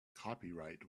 copyright